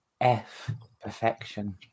F-perfection